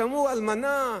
שמעו: אלמנה,